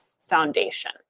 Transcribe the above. foundation